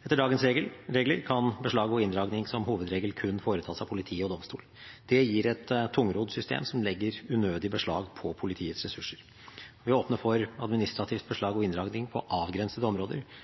Etter dagens regler kan beslag og inndragning som hovedregel kun foretas av politi og domstol. Det gir et tungrodd system, som legger unødig beslag på politiets ressurser. Ved å åpne for administrativt beslag og inndragning på avgrensede områder